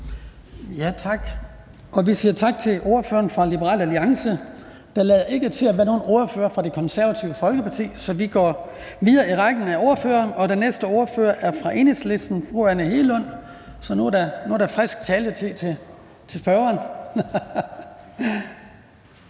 Skibby): Vi siger tak til ordføreren fra Liberal Alliance. Der lader ikke til at være nogen ordfører fra Det Konservative Folkeparti, så vi går videre i rækken af ordførere, og den næste er fra Enhedslisten, og det er fru Anne Hegelund. Så nu er der frisk taletid.